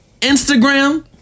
Instagram